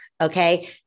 okay